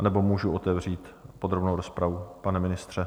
Nebo můžu otevřít podrobnou rozpravu, pane ministře?